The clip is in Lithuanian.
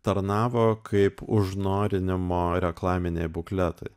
tarnavo kaip užnorinimo reklaminiai bukletai